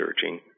searching